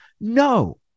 No